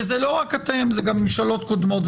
וזה לא רק אתם אלא גם ממשלות קודמות,